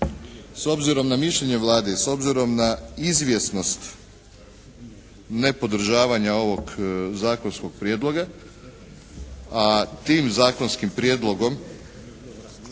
s obzirom na mišljenje Vlade i s obzirom na izvjesnost nepodržavanja ovog zakonskog prijedloga, a tim zakonskim prijedlogom